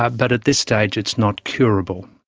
ah but at this stage it's not curable.